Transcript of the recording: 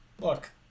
Look